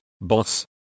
boss